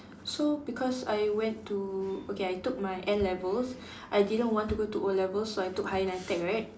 so because I went to okay I took my N=levels I didn't want to go to O-levels so I took higher nitec right